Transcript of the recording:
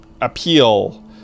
appeal